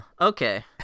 Okay